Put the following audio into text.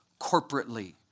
corporately